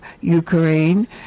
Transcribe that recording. Ukraine